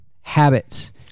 habits